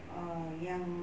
err yang